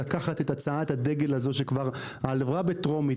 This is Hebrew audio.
לקחת את הצעת הדגל הזו שכבר עברה בטרומית,